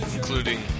Including